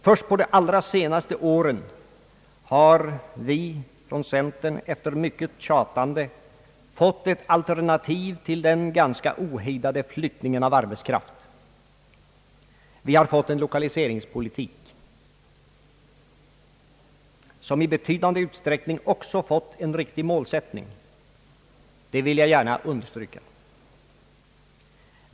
Först på de allra senaste åren har vi från centern, efter mycket tjatande, fått ett alternativ till den ganska ohejdade flyttningen av arbetskraft — en lokaliseringspolitik som i betydande utsträckning också fått en riktig målsättning, det vill jag gärna understryka.